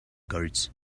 guards